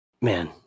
man